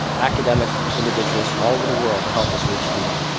academic individuals, from all over the world to help us reach the moon.